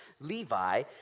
Levi